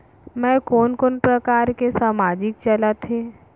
मैं कोन कोन प्रकार के सामाजिक चलत हे?